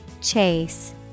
Chase